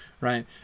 right